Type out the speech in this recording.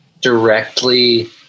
directly